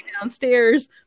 downstairs